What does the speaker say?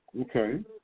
Okay